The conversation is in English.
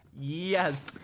Yes